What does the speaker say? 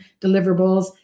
deliverables